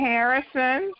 Harrison